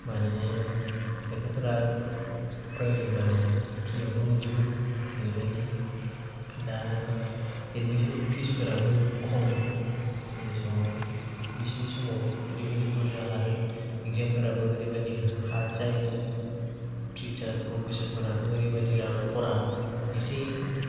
मानोना लेखाफोरा फरायबानो फ्रियावनो मोनजोबो ओरैबायदि दा एदमिसन फिसफोराबो खम जोंनि समाव बिसोरनि समाव ओरैबायदि बुर्जा आरो एक्जामफोराबो ओरैबायदि हार्द जायोमोन टिचार प्रफेसारफोराबो ओरैबायदि रागा खरा एसे